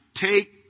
take